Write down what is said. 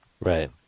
Right